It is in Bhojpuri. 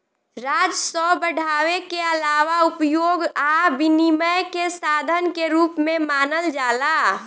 राजस्व बढ़ावे के आलावा उपभोग आ विनियम के साधन के रूप में मानल जाला